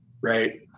right